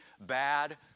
bad